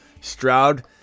Stroud